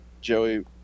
Joey